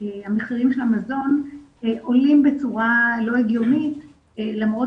שהמחירים של המזון עולים בצורה לא הגיונית למרות